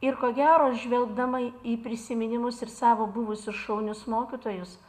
ir ko gero žvelgdama į prisiminimus ir savo buvusius šaunius mokytojus